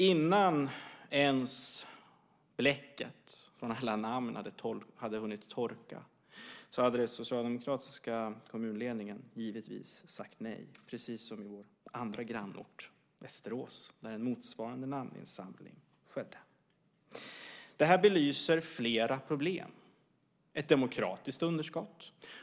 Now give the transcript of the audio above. Innan bläcket i alla namn ens hade hunnit torka hade den socialdemokratiska kommunledningen givetvis sagt nej, precis som i vår andra grannort Västerås, där motsvarande namninsamling skedde. Det här belyser flera problem. Det finns ett demokratiskt underskott.